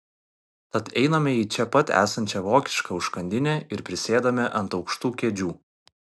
tad einame į čia pat esančią vokišką užkandinę ir prisėdame ant aukštų kėdžių